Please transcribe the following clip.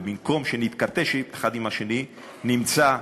ובמקום שנתכתש האחד עם השני נמצא,